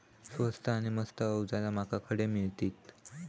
स्वस्त नी मस्त अवजारा माका खडे मिळतीत?